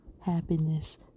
happiness